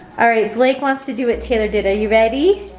all right blake wants to do a tida-dida. you ready,